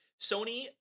sony